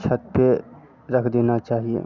छत पर रख देना चाहिए